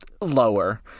lower